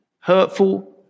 hurtful